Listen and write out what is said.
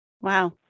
Wow